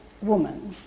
woman